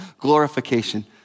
glorification